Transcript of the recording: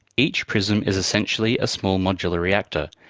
each prism is essentially a small modular reactor,